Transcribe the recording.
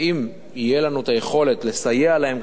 ואם תהיה לנו היכולת לסייע להם,